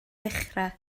ddechrau